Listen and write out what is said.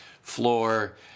floor